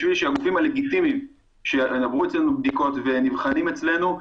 בשביל שהגופים הלגיטימיים שעברו אצלנו בדיקות ונבחנים אצלנו,